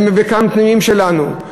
וגם פנימיות שלנו,